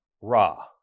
Ra